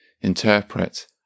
interpret